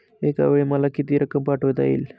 एकावेळी मला किती रक्कम पाठविता येईल?